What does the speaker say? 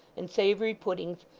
and savoury puddings,